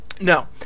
No